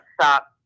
stop